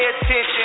attention